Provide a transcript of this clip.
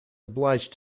obliged